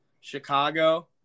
Chicago